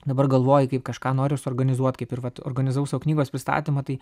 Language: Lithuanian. dabar galvoji kaip kažką noriu suorganizuot kaip ir vat organizavau savo knygos pristatymą tai